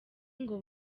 ngo